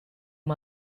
amb